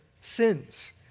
sins